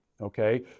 Okay